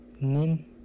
Nin